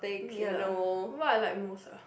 K lah what I like most ah